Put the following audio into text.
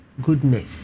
Goodness